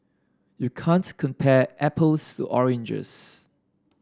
you can't compare apples to oranges